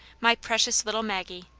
my precious little maggie,